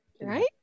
right